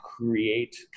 Create